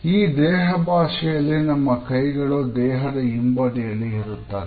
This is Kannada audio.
ಈ ದೇಹ ಭಾಷೆಯಲ್ಲಿ ನಮ್ಮ ಕೈಗಳು ದೇಹದ ಹಿಂಬದಿಯಲ್ಲಿ ಇರುತ್ತದೆ